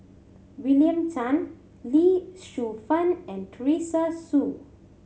William Tan Lee Shu Fen and Teresa Hsu